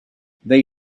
they